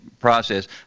process